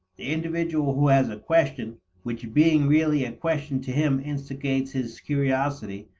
the individual who has a question which being really a question to him instigates his curiosity,